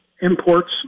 imports